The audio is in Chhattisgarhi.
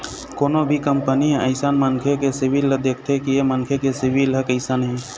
कोनो भी कंपनी ह अइसन मनखे के सिविल ल देखथे कि ऐ मनखे के सिविल ह कइसन हे